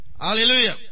Hallelujah